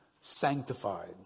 sanctified